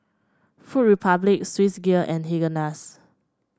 Food Republic Swissgear and Haagen Dazs